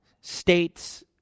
states